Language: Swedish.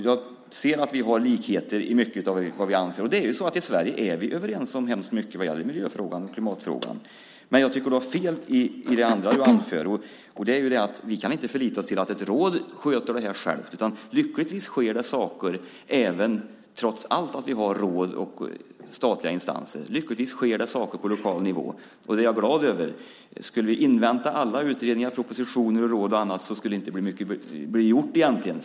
Jag ser att det är likheter i mycket av det vi anser. Det är ju så att i Sverige är vi överens om hemskt mycket vad gäller miljö och klimatfrågorna. Men jag tycker att du har fel i det andra du anför, och det är att vi inte kan lita oss till att ett råd sköter det här självt. Lyckligtvis sker det saker, trots att vi har råd och statliga instanser, på lokal nivå. Det är jag glad över. Skulle vi invänta alla utredningar, propositioner, råd och annat skulle det inte bli mycket gjort egentligen.